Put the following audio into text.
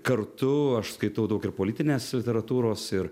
kartu aš skaitau daug ir politinės literatūros ir